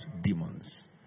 demons